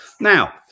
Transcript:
Now